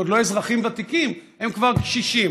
זה עוד לא אזרחים ותיקים, הם כבר קשישים.